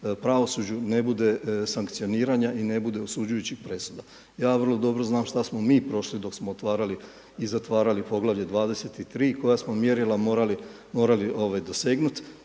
pravosuđu ne bude sankcioniranja i ne bude osuđujućih presuda. Ja vrlo dobro znam šta smo mi prošli dok smo otvarali i zatvarali poglavlje 23., koja smo mjerila morali dosegnut